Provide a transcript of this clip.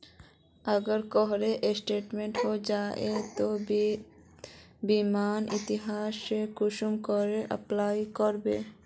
अगर कहारो एक्सीडेंट है जाहा बे तो बीमा इंश्योरेंस सेल कुंसम करे अप्लाई कर बो?